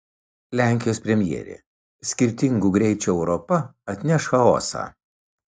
lenkijos premjerė skirtingų greičių europa atneš chaosą